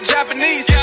Japanese